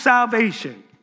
salvation